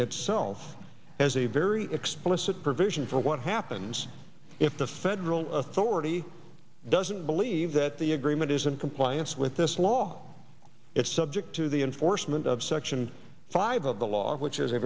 itself has a very explicit provision for what happens if the federal authority doesn't believe that the agreement isn't compliance with this law it's subject to the enforcement of section five of the law which is a